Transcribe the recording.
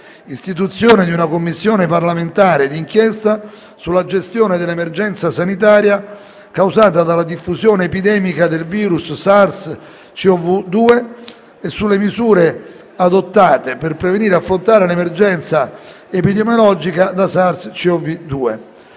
***Istituzione di una Commissione parlamentare di inchiesta sulla gestione dell'emergenza sanitaria causata dalla diffusione epidemica del virus SARS-CoV-2 e sulle misure adottate per prevenire e affrontare l'emergenza epidemiologica da SARS-CoV-2***